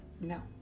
No